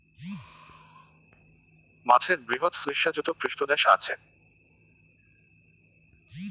মাছের বৃহৎ শ্লেষ্মাযুত পৃষ্ঠদ্যাশ আচে